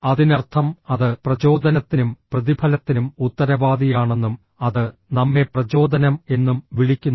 അതിനർത്ഥം അത് പ്രചോദനത്തിനും പ്രതിഫലത്തിനും ഉത്തരവാദിയാണെന്നും അത് നമ്മെ പ്രചോദനം എന്നും വിളിക്കുന്നു